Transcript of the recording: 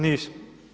Nismo.